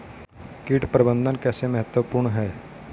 कीट प्रबंधन कैसे महत्वपूर्ण है?